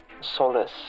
solace